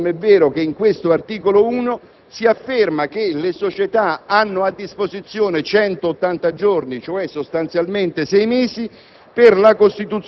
se è vero, com'è vero, che in questo articolo si afferma che le società hanno a disposizione 180 giorni, quindi sei mesi,